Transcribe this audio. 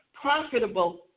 profitable